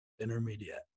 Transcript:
intermediate